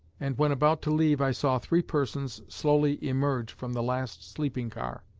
and when about to leave i saw three persons slowly emerge from the last sleeping-car.